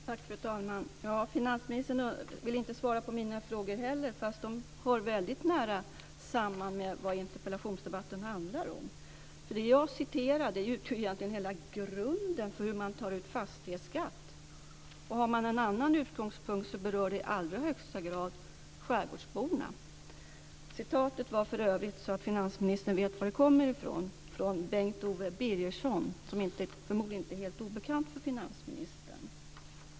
Fru talman! Finansministern vill inte svara på mina frågor heller fast de hör väldigt nära samman med vad interpellationsdebatten handlar om. Vad jag citerar gäller ju egentligen hela grunden för hur man tar ut fastighetsskatt. Har man en annan utgångspunkt så berör det i allra högsta grad skärgårdsborna. Citatet var för övrigt, så finansministern vet var det kommer ifrån, från Bent-Owe Birgersson, som förmodligen inte är helt obekant för finansministern.